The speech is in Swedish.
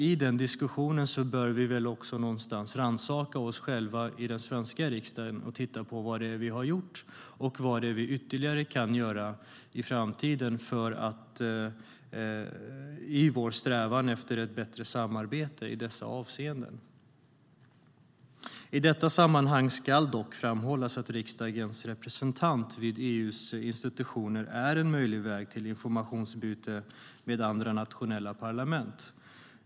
I den diskussionen bör vi väl också rannsaka oss själva i den svenska riksdagen och titta på vad det är vi har gjort och vad vi ytterligare kan göra i framtiden i vår strävan efter ett bättre samarbete i dessa avseenden.I detta sammanhang ska dock framhållas att riksdagens representant vid EU:s institutioner är en möjlig väg till informationsutbyte med andra nationella parlament.